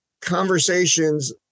conversations